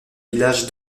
village